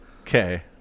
Okay